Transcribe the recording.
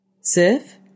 Sif